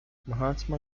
mahatma